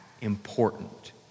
important